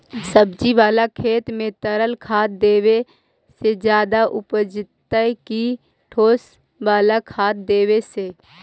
सब्जी बाला खेत में तरल खाद देवे से ज्यादा उपजतै कि ठोस वाला खाद देवे से?